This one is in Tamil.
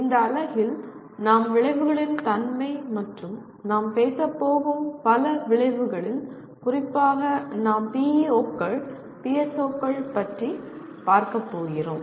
இந்த அலகில் நாம் விளைவுகளின் தன்மை மற்றும் நாம் பேசப் போகும் பல விளைவுகளில் குறிப்பாக நாம் PEO கள் மற்றும் PSO கள் பற்றி பார்க்கப் போகிறோம்